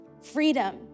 Freedom